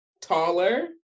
taller